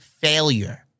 failure